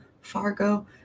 Fargo